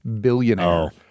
billionaire